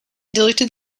diluted